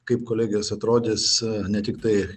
kaip kolegijos atrodys ne tiktai